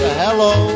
hello